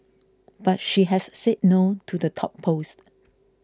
but she has said no to the top post